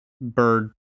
bird